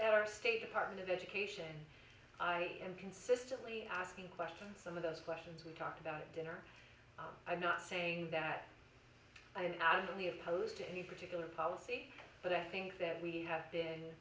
at our state department of education i am consistently asking question some of those questions we talked about dinner i'm not saying that i am adamantly opposed to any particular policy but i think that we have been